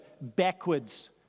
backwards